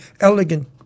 elegant